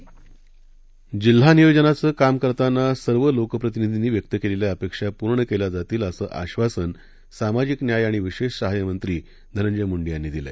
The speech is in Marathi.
बीड जिल्हा नियोजनाचं काम करताना सर्व लोकप्रतिनिधींनी व्यक्त केलेल्या अपेक्षा पूर्ण केल्या जातील असं आश्वासन सामाजिक न्याय आणि विशेष साहाय्य मंत्री पालकमंत्री धनंजय मुंडे यांनी दिलं